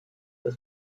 das